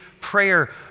prayer